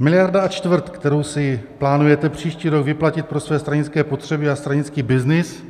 Miliarda a čtvrt, kterou si plánujete příští rok vyplatit pro své stranické potřeby a stranický byznys,